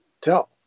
tell